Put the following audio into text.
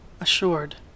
Assured